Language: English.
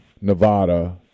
Nevada